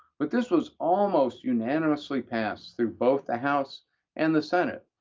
but this was almost unanimously passed through both the house and the senate,